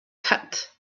cut